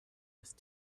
with